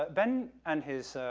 ah ben and his,